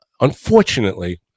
unfortunately